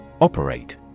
Operate